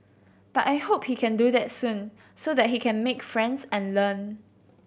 but I hope he can do that soon so that he can make friends and learn